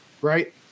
right